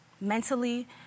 mentally